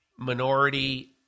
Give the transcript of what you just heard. minority